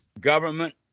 Government